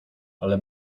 ale